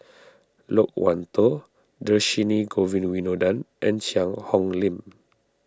Loke Wan Tho Dhershini Govin Winodan and Cheang Hong Lim